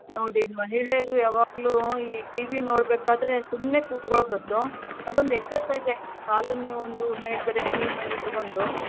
ನೋಡಿ ಮಹಿಳೆಯರು ಯಾವಾಗಲೂ ಈ ಟಿ ವಿ ನೋಡಬೇಕಾದ್ರೆ ಸುಮ್ಮನೆ ಕೂತ್ಕೊಳ್ಳೋ ಬದಲು ಅದೊಂದು ಎಕ್ಸಸೈಸೆ ಕಾಲಗೆ ನೀವು ಒಂದು ಮೇಲುಗಡೆ ಸ್ಟೂಲ್ ಮೇಲೆ ಇಟ್ಕೊಂಡು